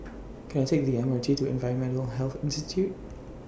Can I Take The M R T to Environmental Health Institute